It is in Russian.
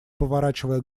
поворачивая